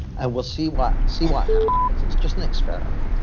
and we'll see what see what happens. it's just an experiment.